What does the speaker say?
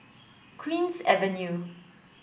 Queen's Avenue